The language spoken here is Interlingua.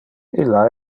illa